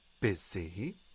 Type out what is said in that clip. busy